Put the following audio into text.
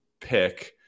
pick